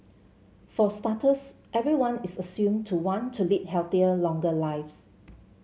for starters everyone is assumed to want to lead healthier longer lives